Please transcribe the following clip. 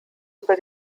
über